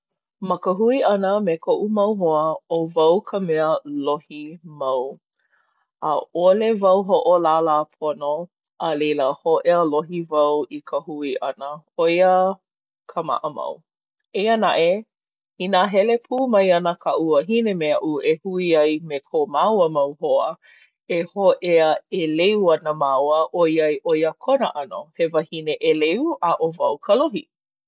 Ma ka hui ʻana me koʻu mau hoa ʻo wau ka mea lohi mau. ʻAʻole wau hoʻolālā pono, a leila hōʻea lohi wau i ka hui ʻana. ʻO ia ka maʻamau. Eia naʻe inā hele pū mai ana kaʻu wahine me aʻu e hui ai me ko māua mau hoa, e hōʻea ʻeleu ana māua ʻoiai ʻo ia kona ʻano. He wahine ʻeleu, a ʻo wau ka lohi.